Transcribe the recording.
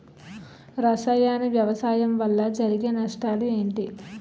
రసాయన వ్యవసాయం వల్ల జరిగే నష్టాలు ఏంటి?